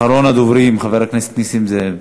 אחרון הדוברים, חבר הכנסת נסים זאב.